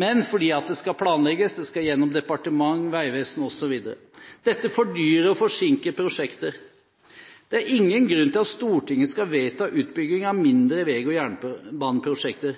men fordi det skal planlegges. Det skal gjennom departement, veivesen osv. Det fordyrer og forsinker prosjekter. Det er ingen grunn til at Stortinget skal vedta utbygginger av mindre vei- og jernbaneprosjekter.